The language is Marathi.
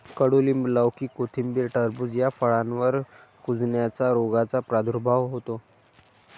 कडूलिंब, लौकी, कोथिंबीर, टरबूज या फळांवर कुजण्याच्या रोगाचा प्रादुर्भाव होतो